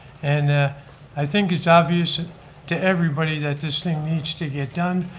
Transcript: and i think it's obvious to everybody that this thing needs to get done.